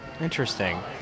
Interesting